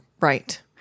Right